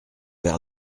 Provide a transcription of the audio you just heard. vers